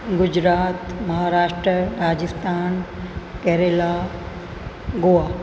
Gujarat Maharashtra Rajasthan Kerala Goa